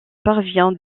parvient